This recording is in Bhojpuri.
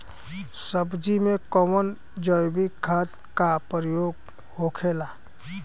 सब्जी में कवन जैविक खाद का प्रयोग होखेला?